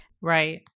Right